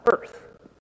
earth